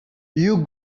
you